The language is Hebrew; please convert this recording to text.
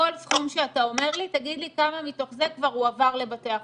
בכל סכום שאתה אומר לי תגיד לי כמה מתוך זה כבר הועבר לבתי החולים.